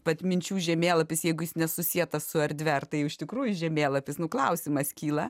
vat minčių žemėlapis jeigu jis nesusietas su erdve ar tai jau iš tikrųjų žemėlapis nu klausimas kyla